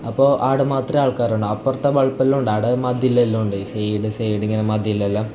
അപ്പോൾ അവിടെ മാത്രമേ ആൾക്കാർ ഉണ്ടാവൂ അപ്പുറത്ത് വളപ്പ് എല്ലാം ഉണ്ട് ആടെ മതിലെല്ലാം ഉണ്ട് സൈഡ് സൈഡ് ഇങ്ങനെ മതിലെല്ലാം